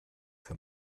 für